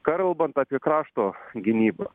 kalbant apie krašto gynybą